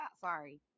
Sorry